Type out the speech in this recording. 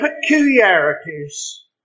peculiarities